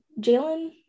Jalen